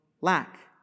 lack